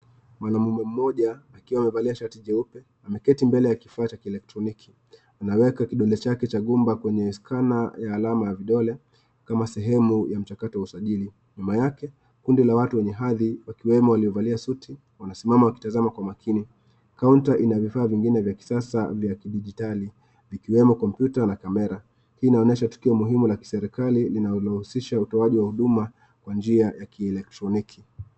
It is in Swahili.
Mwanamume mmoja akiwa amevalia shati jeupe, ameketi mbele ya kifaa cha kielektroniki. Anaweka kidole chake cha gumba kwenye scanner ya alama ya vidole kama sehemu ya mchakato wa usajili. Nyuma yake, kundi la watu wenye hadhi wakiwemo waliovalia suti, wanasimama wakitazama kwa makini. Counter ina vifaa vingine vya kisasa vya kidijitali, vikiwemo kompyuta na kamera. Hii inaonyesha tukio muhimu la kiserikali linalohusisha utoaji wa huduma kwa njia ya kielektroniki.